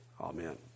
Amen